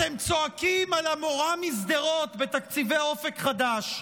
אתם צועקים על המורה משדרות בתקציבי אופק חדש.